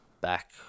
back